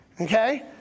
okay